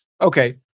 Okay